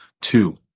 two